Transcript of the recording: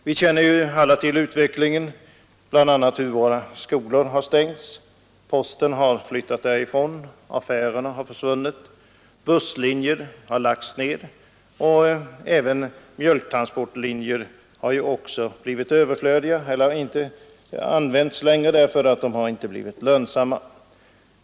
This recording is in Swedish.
Vi känner alla till hur utvecklingen har lett till att skolor och postkontor har stängts, affärer försvunnit, busslinjer lagts ned och att mjölktransportlinjer dragits in därför att de blivit olönsamma.